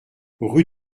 rue